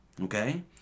okay